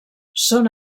són